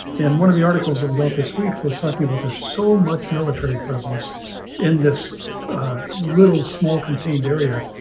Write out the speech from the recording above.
and one of the articles about this week was talking about there's so much military presence in this little small contained area,